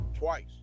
twice